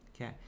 Okay